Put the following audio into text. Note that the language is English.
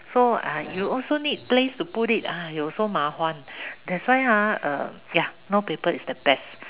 so ah you also need place to put it !aiyo! so 麻烦 that's why ah uh ya no paper is the best